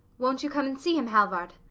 won't you come and see him, halvard?